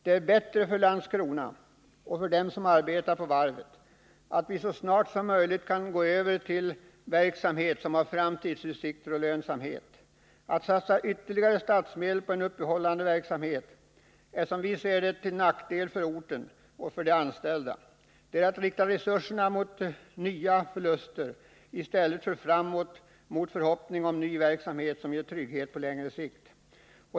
Det är bättre för Landskrona och för dem som arbetar på varvet att man så snart som möjligt går över till verksamhet med framtidsutsikter och lönsamhet. Att satsa ytterligare statsmedel på en uppehållande verksamhet är, enligt vår åsikt, till nackdel för orten och för de anställda. Det skulle bara rikta resurserna mot nya förluster i stället för framåt mot förhoppningar om ny verksamhet, som ger trygghet på längre sikt.